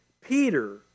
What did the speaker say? Peter